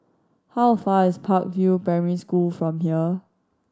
how a far is Park View Primary School from here